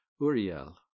Uriel